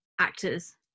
actors